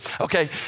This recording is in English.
Okay